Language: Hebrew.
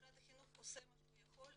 משרד החינוך עושה מה שהוא יכול,